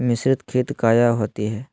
मिसरीत खित काया होती है?